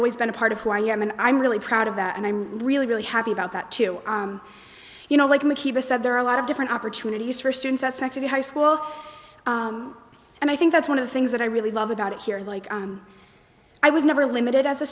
always been a part of who i am and i'm really proud of that and i'm really really happy about that too you know like makita said there are a lot of different opportunities for students at secular high school and i think that's one of the things that i really love about it here like i was never limited as a